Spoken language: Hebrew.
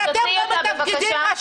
הוא צריך לשמוע את זה.